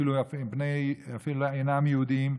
אפילו אינם יהודים,